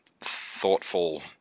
thoughtful